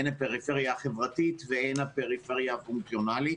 הן הפריפריה החברתית והן הפריפריה הפונקציונלית.